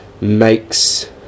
makes